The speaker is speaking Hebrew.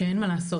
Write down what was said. שאין מה לעשות,